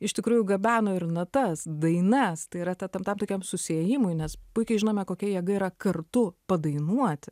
iš tikrųjų gabeno ir natas dainas tai yra tam tam tokiam susiėjimui nes puikiai žinome kokia jėga yra kartu padainuoti